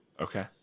Okay